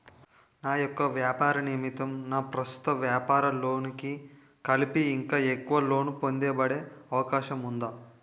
నా యెక్క వ్యాపార నిమిత్తం నా ప్రస్తుత వ్యాపార లోన్ కి కలిపి ఇంకా ఎక్కువ లోన్ పొందే ఒ.డి అవకాశం ఉందా?